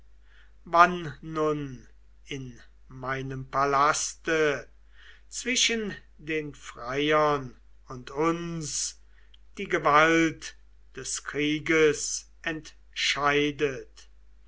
wann nun in meinem palaste zwischen den freiern und uns die gewalt des krieges entscheidet